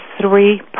three